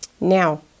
Now